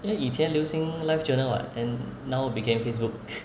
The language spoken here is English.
因为以前流行 live journal [what] then now became facebook